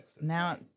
Now